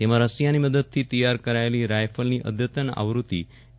તેમા રશિયાની મદદ થી તૈયાર કરાયેલી રાયફલની અધતન આવૃતિ એ